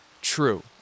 true